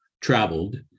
traveled